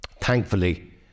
Thankfully